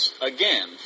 again